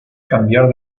cambiar